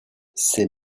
ses